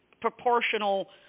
proportional